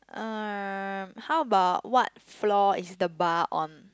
um how about what flow is it the bar on